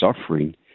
suffering